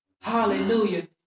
Hallelujah